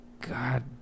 God